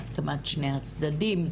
בהסכמת שני הצדדים,